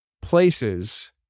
Places